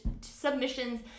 submissions